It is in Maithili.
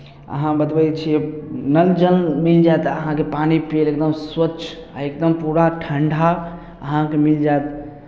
अहाँ बतबै छी नल जल मिल जायत अहाँके पानि पियै लेल एकदम स्वच्छ आ एकदम पूरा ठण्ढा अहाँकेँ मिल जायत